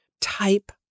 type